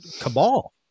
cabal